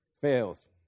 fails